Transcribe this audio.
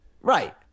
Right